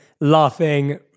laughing